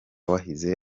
wahize